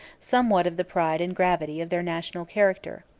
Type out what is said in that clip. somewhat of the pride and gravity of their national character.